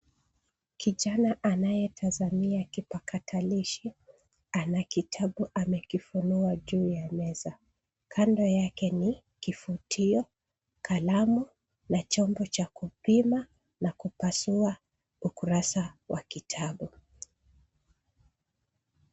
Kijana anayetazamia kipakatalishi, ana kitabu amekifunua juu ya meza. Kando yake ni kifutio, kalamu na chombo cha kupima na kupasua ukurasa wa kitabu.